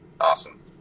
Awesome